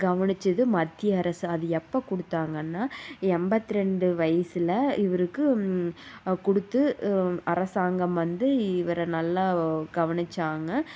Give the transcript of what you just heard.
கவனிச்சது மத்திய அரசு அது எப்போ கொடுத்தாங்கன்னா எண்பத்ரெண்டு வயசுல இவருக்கு கொடுத்து அரசாங்கம் வந்து இவரை நல்லா கவனிச்சாங்க